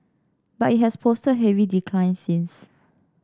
but it has posted heavy declines since